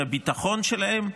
שהביטחון שלהם,